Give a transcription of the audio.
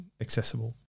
accessible